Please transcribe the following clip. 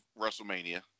WrestleMania